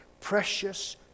precious